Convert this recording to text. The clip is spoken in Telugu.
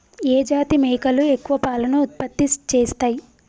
ఏ జాతి మేకలు ఎక్కువ పాలను ఉత్పత్తి చేస్తయ్?